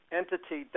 entity